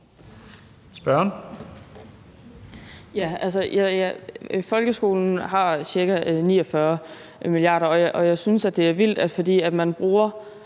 (LA): Folkeskolen har ca. 49 mia. kr., og jeg synes, det er vildt, at fordi man bruger